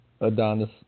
Adonis